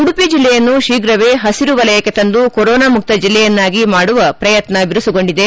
ಉಡುಪಿ ಜಿಲ್ಲೆಯನ್ನು ತೀಪ್ರವೇ ಹಸಿರು ವಲಯಕ್ಕೆ ತಂದು ಕೊರೊನಾ ಮುಕ್ತ ಜಿಲ್ಲೆಯನ್ನಾಗಿ ಮಾಡುವ ಪ್ರಯತ್ನ ಬಿರುಸುಗೊಂಡಿದೆ